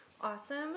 awesome